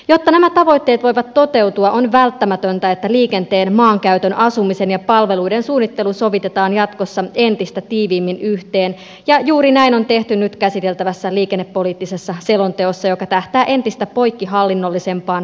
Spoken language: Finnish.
jotta nämä tavoitteet voivat toteutua on välttämätöntä että liikenteen maankäytön asumisen ja palveluiden suunnittelu sovitetaan jatkossa entistä tiiviimmin yhteen ja juuri näin on tehty nyt käsiteltävässä liikennepoliittisessa selonteossa joka tähtää entistä poikkihallinnollisempaan päätöksentekoon